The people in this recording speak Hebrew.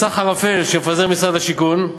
מסך ערפל שמפזר משרד השיכון,